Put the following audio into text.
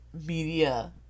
media